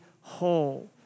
whole